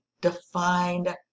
defined